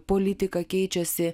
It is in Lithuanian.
politika keičiasi